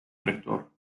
rector